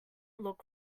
look